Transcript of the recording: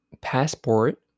passport